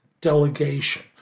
delegation